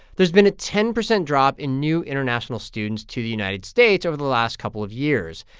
there's been a ten percent drop in new international students to the united states over the last couple of years.